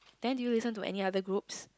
then did you listen to any other groups